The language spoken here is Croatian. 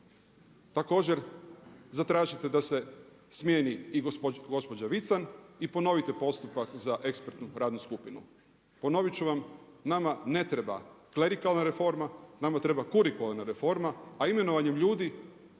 također zatražite da se smijeni i gospođa Vican i ponovite postupak za ekspertnu radnu skupinu. Ponovit ću vam, nama ne treba klerikalna reforma, nama treba kurikuralna reforma, a imenovanjem ljudi